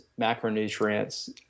macronutrients